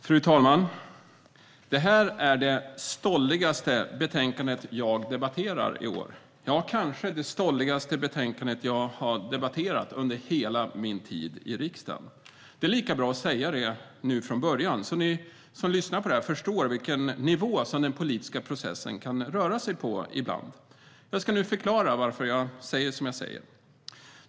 Fru talman! Det här är det stolligaste betänkandet jag debatterar i år - ja, kanske det stolligaste betänkandet jag har debatterat under hela min tid i riksdagen. Det är lika bra att säga det från början, så att ni som lyssnar på det här förstår vilken nivå som den politiska processen kan röra sig på ibland. Jag ska nu förklara varför jag säger som jag säger.